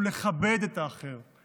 לכבד את האחר,